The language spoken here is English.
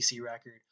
record